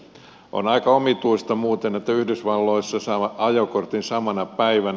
on aika omituista muuten että yhdysvalloissa saa ajokortin samana päivänä